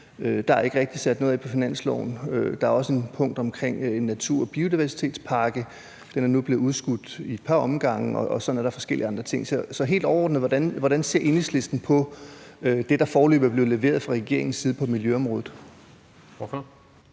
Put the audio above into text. der er ikke rigtig sat noget af på finansloven til det. Der var også et punkt omkring en natur- og biodiversitetspakke – den er nu blevet udskudt i et par omgange. Og sådan er der forskellige andre ting. Så helt overordnet vil jeg derfor spørge: Hvordan ser Enhedslisten på det, der foreløbig er blevet leveret fra regeringens side på miljøområdet? Kl.